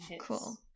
Cool